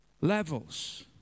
levels